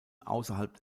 außerhalb